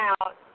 out